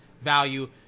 value